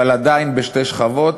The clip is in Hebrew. אבל עדיין בשתי שכבות.